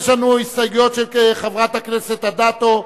לנו הסתייגויות של חברי הכנסת רחל אדטו,